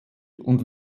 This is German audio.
und